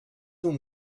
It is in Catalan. uns